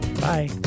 Bye